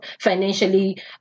financially